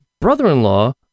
brother-in-law